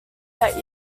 that